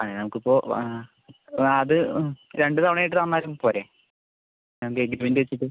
അതെ നമുക്ക് ഇപ്പോൾ ആ ഓ അത് രണ്ട് തവണ ആയിട്ട് തന്നാലും പോരെ നമ്മൾക്ക് എഗ്രിമെന്റ് വച്ചിട്ട്